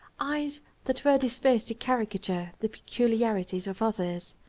eyes that were disposed to caricature the peculiarities of others.